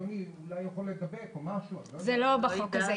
אולי הוא יכול להידבק --- זה לא בחוק הזה.